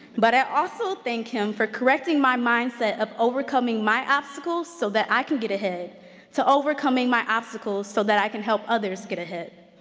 but i also thank him for correcting my mindset of overcoming my obstacles so that i can get ahead to overcoming my obstacles so that i can help others get ahead.